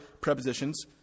prepositions